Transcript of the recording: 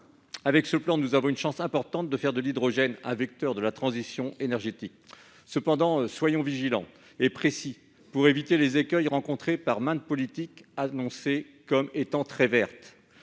Avec cette stratégie, nous avons une chance importante de faire de l'hydrogène un vecteur de la transition énergétique. Cependant, soyons vigilants et précis afin d'éviter les écueils de maintes politiques présentées comme étant très vertes.